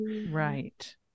Right